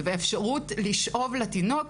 ובאפשרות לשאוב לתינוק,